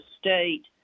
state